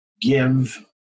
give